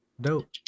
Dope